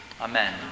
Amen